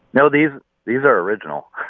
no, these these are original.